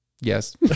Yes